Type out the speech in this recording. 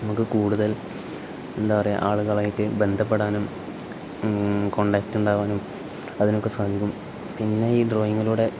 നമുക്ക് കൂടുതൽ എന്താ പറയുക ആളുകളുമായിട്ട് ബന്ധപ്പെടാനും കോൺടാക്റ്റ് ഉണ്ടാകാനും അതിനൊക്കെ സാധിക്കും പിന്നെ ഈ ഡ്രോയിങ്ങിലൂടെ